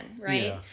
right